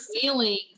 feeling